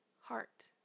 heart